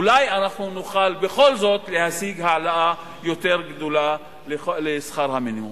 אולי אנחנו נוכל בכל זאת להשיג העלאה יותר גדולה של שכר המינימום.